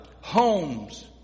Homes